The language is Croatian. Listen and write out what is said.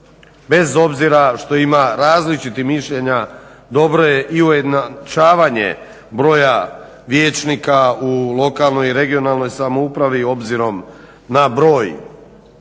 bez obzira što ima različitih mišljenja, dobro je i ujednačavanje broja vijećnika u lokalnoj i regionalnoj samoupravi obzirom na broj